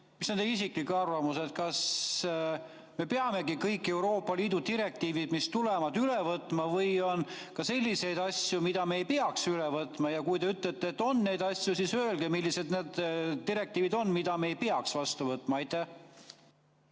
Mis on teie isiklik arvamus, kas me peamegi kõik Euroopa Liidu direktiivid, mis tulevad, üle võtma või on ka selliseid asju, mida me ei peaks üle võtma? Kui te ütlete, et on neid asju, siis öelge, millised need direktiivid on, mida me ei peaks vastu võtma. Aitäh!